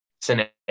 scenario